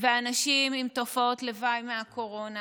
ואנשים עם תופעות לוואי מהקורונה,